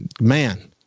man